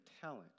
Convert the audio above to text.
talent